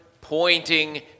pointing